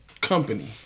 company